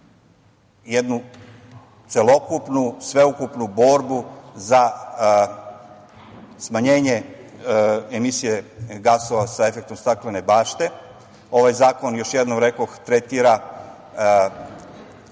jednu celokupnu, sveukupnu borbu za smanjenje emisije gasova sa efektom staklene bašte. Ovaj zakon, još jednom rekoh, tretira